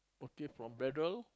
okay from Braddell